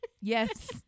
Yes